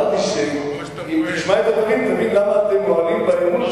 אמרתי שאם תשמע את הדברים תבין למה אתם מועלים באמון,